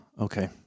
Okay